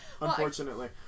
unfortunately